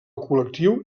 col·lectiu